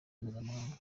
mpuzamakungu